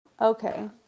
okay